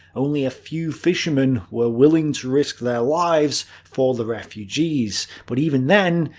only a few fishermen were willing to risk their lives for the refugees. but even then,